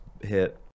hit